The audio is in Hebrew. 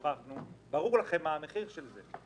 ברור לכם מה המחיר של זה.